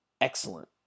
excellent